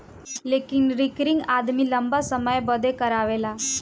लेकिन रिकरिंग आदमी लंबा समय बदे करावेला